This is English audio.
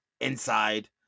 inside